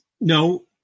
no